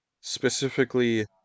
specifically